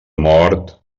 mort